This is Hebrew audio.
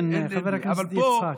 כן, חבר הכנסת יצחק.